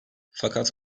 fakat